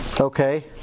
Okay